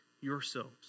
yourselves